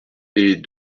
est